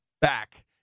back